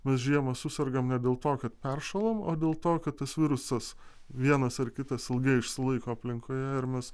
mes žiemą susergam ne dėl to kad peršalom o dėl to kad tas virusas vienas ar kitas ilgai išsilaiko aplinkoje ir mes